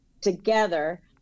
together